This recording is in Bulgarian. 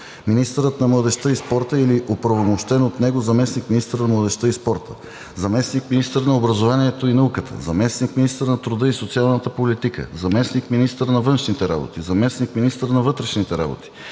министърът на младежта и спорта или оправомощен от него заместник-министър на младежта и спорта, заместник-министър на образованието и науката, заместник-министър на труда и социалната политика, заместник-министър на външните работи, заместник-министър на вътрешните работи,